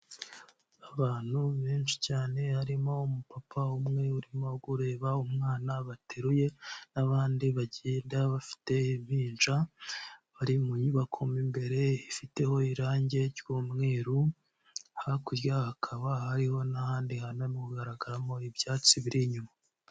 Abantu benshi cyane harimo umupapa umwe urimo gureba umwana bateruye, n'abandi bagenda bafite impinja, bari mu nyubako imbere ifiteho irangi ry'umweru, hakurya hakaba hariho n'ahandi hantu harimo kugaramo ibyatsi biri inyuma.